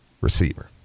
receiver